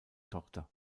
tochter